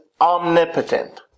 omnipotent